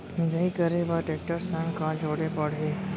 मिसाई करे बर टेकटर संग का जोड़े पड़ही?